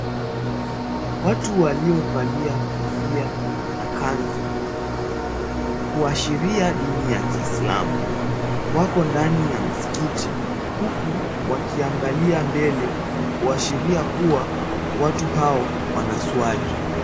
Watu waliovalia kofia na kanzu kuashiria dini ya kiislamu. Wako ndani ya msikiti huku wakiangalia mbele kuashiria kuwa watu hao wanaswali.